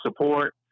support